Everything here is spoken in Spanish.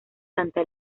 santa